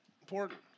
important